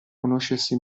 conoscersi